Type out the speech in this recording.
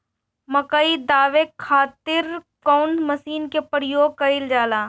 मकई दावे खातीर कउन मसीन के प्रयोग कईल जाला?